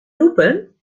roepen